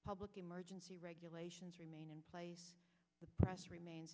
public emergency regulations remain in place the press remains